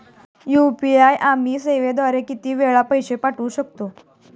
UPI आम्ही सेवेद्वारे किती वेळा पैसे पाठवू शकतो?